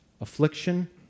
affliction